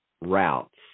routes